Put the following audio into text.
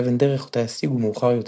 אבן דרך אותה ישיגו מאוחר יותר.